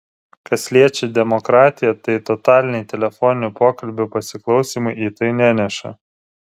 kas liečia demokratiją tai totaliniai telefoninių pokalbių pasiklausymai į tai neneša